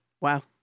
Wow